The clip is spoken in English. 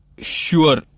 Sure